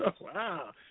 Wow